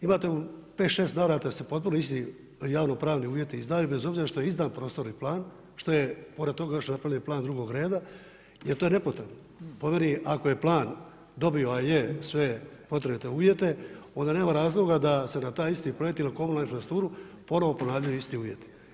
Imate u 5, 6 navrata su potpuno isti javno pravni uvjeti i znaju bez obzira što je izdan prostorni plan, što je pored toga napravljen plan drugog reda jer to je nepotrebno, po meni ako je plan dobio, a je, sve potrebite uvjete, onda nema razloga da se na taj isti projekt ili komunalnu infrastrukturu ponovno ponavljaju isti uvjeti.